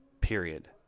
period